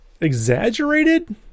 exaggerated